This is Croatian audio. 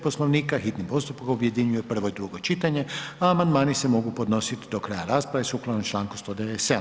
Poslovnika hitni postupak objedinjuje prvo i drugo čitanje, a amandmani se mogu podnositi do kraja rasprave, sukladno čl. 197.